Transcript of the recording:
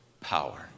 power